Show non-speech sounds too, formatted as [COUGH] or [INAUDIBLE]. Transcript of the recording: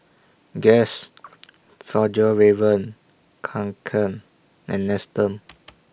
Guess Fjallraven Kanken and Nestum [NOISE]